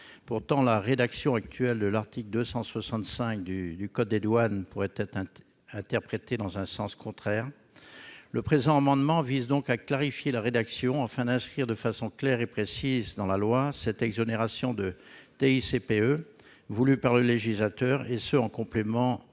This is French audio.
Pourtant, la rédaction actuelle de l'article 265 du code des douanes pourrait être interprétée dans un sens contraire. Le présent amendement vise donc à en clarifier la rédaction, afin d'inscrire de façon claire et précise dans la loi l'exonération de TICPE voulue par le législateur, en complétant l'indice